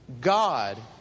God